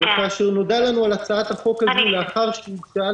כאשר נודע לנו על הצעת החוק הזו לאחר שהוגשה,